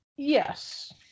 yes